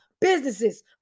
businesses